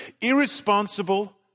irresponsible